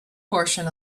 portion